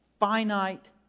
Finite